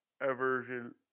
aversion